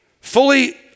fully